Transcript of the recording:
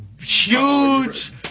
huge